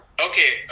okay